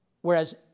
Whereas